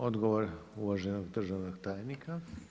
Odgovor uvaženog državnog tajnika.